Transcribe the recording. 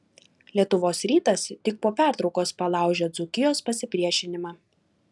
lietuvos rytas tik po pertraukos palaužė dzūkijos pasipriešinimą